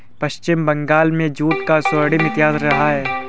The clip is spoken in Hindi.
पश्चिम बंगाल में जूट का स्वर्णिम इतिहास रहा है